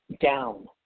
down